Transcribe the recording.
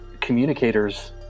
communicators